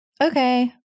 Okay